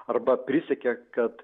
arba prisiekė kad